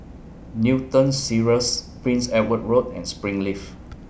Newton Cirus Prince Edward Road and Springleaf